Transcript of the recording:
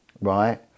right